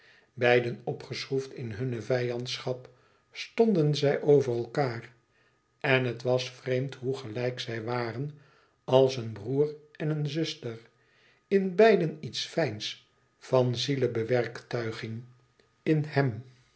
beiden opgeschroefd in hunne vijandschap stonden zij over elkaâr en het was vreemd hoe gelijk zij waren als een broêr en een zuster in beiden iets fijns van zielebewerktuiging in hem